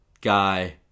guy